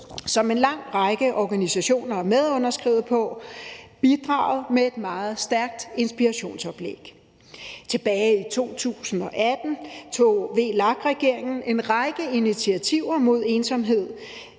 som en lang række organisationer er medunderskrivere af, bidraget med et meget stærkt inspirationsoplæg. Tilbage i 2018 tog VLAK-regeringen en række initiativer mod ensomhed